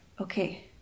okay